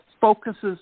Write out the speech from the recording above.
focuses